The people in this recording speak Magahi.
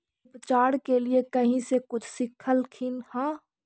उपचार के लीये कहीं से कुछ सिखलखिन हा?